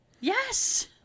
Yes